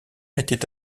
était